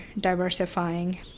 diversifying